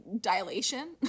dilation